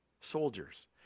soldiers